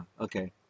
Okay